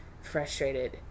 frustrated